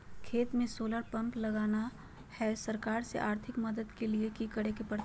खेत में solar pump लगाना है, सरकार से आर्थिक मदद के लिए की करे परतय?